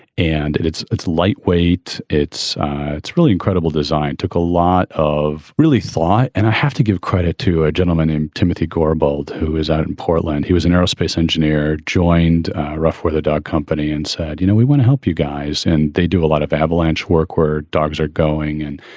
and and it's it's lightweight. it's it's really incredible. design took a lot of really fly. and i have to give credit to a gentleman named timothy kobold, who is out in portland. he was an aerospace engineer, joined rough weather dog company and said, you know, we want to help you guys. and they do a lot of avalanche work where dogs are going and,